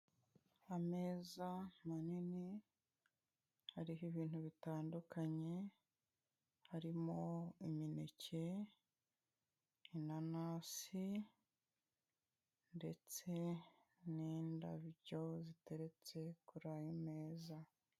Ameza manini ariho ibintu bitandukanye, harimo imineke, inanasi ndetse n'indabyobyo ziteretse kuri ayo meza.